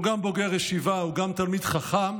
הוא גם בוגר ישיבה, הוא גם תלמיד חכם.